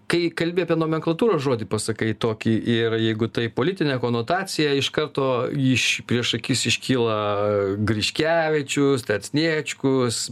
kai kalbi apie nomenklatūros žodį pasakai tokį ir jeigu tai politinė konotacija iš karto iš prieš akis iškyla griškevičiaus sniečkus